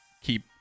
keep